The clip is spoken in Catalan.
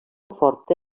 forta